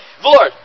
Lord